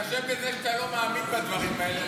בהתחשב בזה שאתה לא מאמין בדברים האלה,